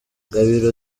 gabiro